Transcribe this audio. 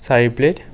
চাৰি প্লেট